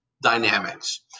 dynamics